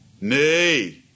nay